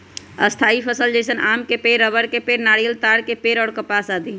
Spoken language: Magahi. स्थायी फसल जैसन आम के पेड़, रबड़ के पेड़, नारियल, ताड़ के पेड़ और कपास आदि